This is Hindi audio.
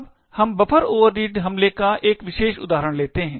अब हम बफ़र ओवररीड हमले का एक विशेष उदाहरण लेते हैं